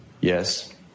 Yes